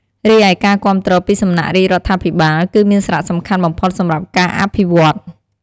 រីឯការគាំទ្រពីសំណាក់រាជរដ្ឋាភិបាល គឺមានសារៈសំខាន់បំផុតសម្រាប់ការអភិវឌ្ឍន៍។